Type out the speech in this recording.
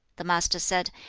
the master said,